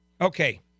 Okay